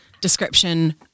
description